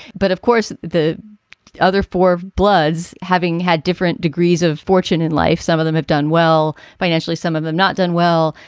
but, of course, the other four bloods having had different degrees of fortune in life, some of them have done well financially, some of them not done well,